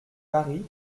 paris